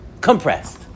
compressed